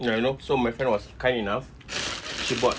ya you know so my friend was kind enough she bought